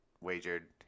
wagered